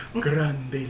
Grande